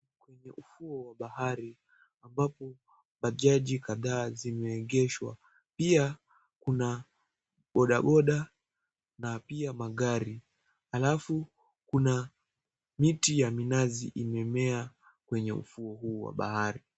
Kwenye ufuo wa bahari ambapo bajaji kadhaa zimeegeshwa, pia kuna bodaboda na pia magari alafu kuna miti ya minazi imemea kwenye ufuo huo wa bahari.